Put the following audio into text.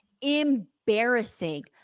embarrassing